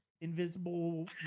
invisible